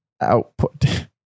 output